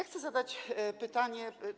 Chcę zadać pytanie.